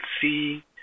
see